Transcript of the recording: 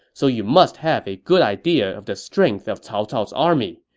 so you must have a good idea of the strength of cao cao's army,